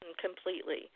completely